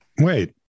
Wait